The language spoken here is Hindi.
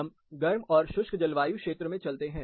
हम गर्म और शुष्क जलवायु क्षेत्र में चलते हैं